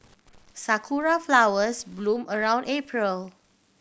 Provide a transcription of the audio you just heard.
sakura flowers bloom around April